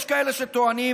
יש כאלה שטוענים,